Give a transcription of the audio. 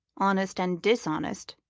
honest and dishonest,